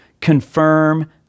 confirm